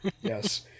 Yes